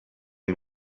and